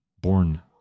born